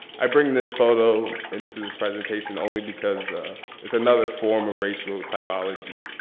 i bring this photo into this presentation only because it's another form of racial typology,